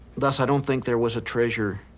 thus i don't think there was a treasure,